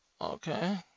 okay